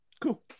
cool